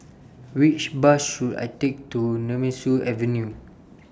Which Bus should I Take to Nemesu Avenue